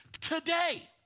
today